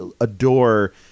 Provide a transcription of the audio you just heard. adore